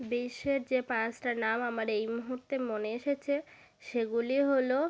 বিশ্বের যে পাঁচটা নাম আমার এই মুহুর্তে মনে এসেছে সেগুলি হলো